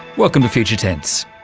welcome to future tense.